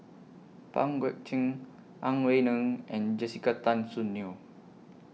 Pang Guek Cheng Ang Wei Neng and Jessica Tan Soon Neo